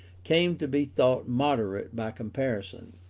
came to be thought moderate by comparison.